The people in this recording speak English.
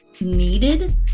needed